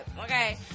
Okay